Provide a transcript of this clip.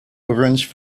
orange